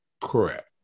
Correct